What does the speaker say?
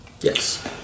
Yes